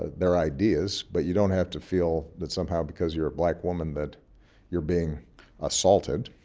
their ideas. but you don't have to feel that somehow because you're a black woman that you're being assaulted.